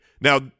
Now